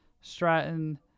Stratton